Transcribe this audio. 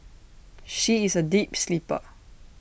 she is A deep sleeper